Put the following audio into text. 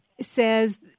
says